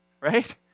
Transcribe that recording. Right